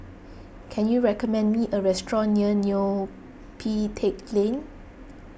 can you recommend me a restaurant near Neo Pee Teck Lane